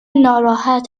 ناراحت